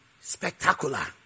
spectacular